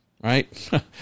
right